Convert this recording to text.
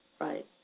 Right